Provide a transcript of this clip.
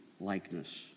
Likeness